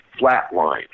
flatlined